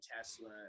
Tesla